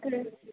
hello